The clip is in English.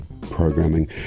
programming